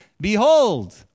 Behold